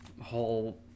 whole